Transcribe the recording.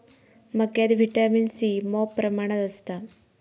मक्यात vitamin C मॉप प्रमाणात असता